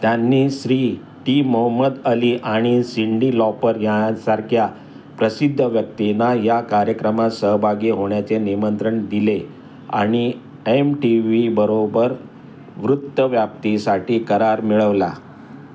त्यांनी Shri T Muhammad Ali आणि Cyndi Lauper यांसारख्या प्रसिद्ध व्यक्तीना या कार्यक्रमात सहभागी होण्याचे निमंत्रण दिले आणि एम टी व्ही बरोबर वृत्तव्याप्तीसाठी करार मिळवला